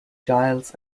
giles